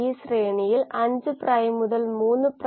കോശത്തിനുള്ളിൽ കയറുന്നതിലൂടെ അവയുടെ പി